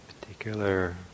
Particular